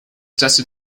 tested